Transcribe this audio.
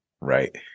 right